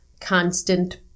constant